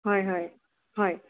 হয় হয় হয়